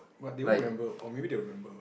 but they don't remember or maybe they will remember